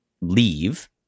leave